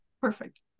perfect